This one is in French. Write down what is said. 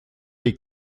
les